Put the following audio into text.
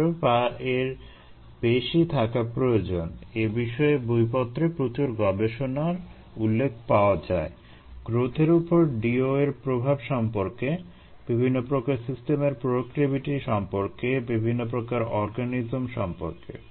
সম্পর্কে বিভিন্ন প্রকার অর্গানিজম সম্পর্কে